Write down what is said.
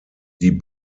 die